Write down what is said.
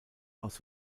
aus